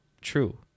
True